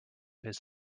his